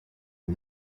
and